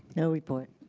no report.